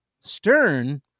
stern